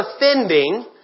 offending